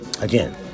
Again